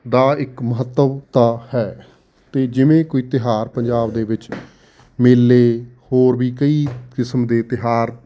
ਦਾ ਇੱਕ ਮਹੱਤਵਤਾ ਹੈ ਅਤੇ ਜਿਵੇਂ ਕੋਈ ਤਿਉਹਾਰ ਪੰਜਾਬ ਦੇ ਵਿੱਚ ਮੇਲੇ ਹੋਰ ਵੀ ਕਈ ਕਿਸਮ ਦੇ ਤਿਉਹਾਰ